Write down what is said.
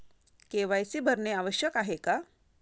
KYC भरणे आवश्यक आहे का?